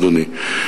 אדוני.